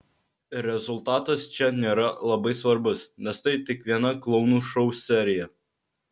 ir rezultatas čia nėra labai svarbus nes tai tik viena klounų šou serija